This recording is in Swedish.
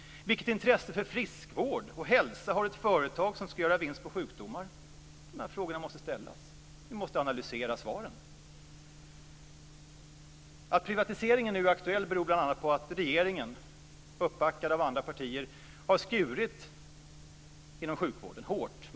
Vilket intresse för friskvård och hälsa har ett företag som ska göra vinst på sjukdomar? De här frågorna måste ställas. Vi måste analysera svaren. Att privatiseringen nu är aktuell beror bl.a. på att regeringen, uppbackad av andra partier, har skurit ned hårt inom sjukvården.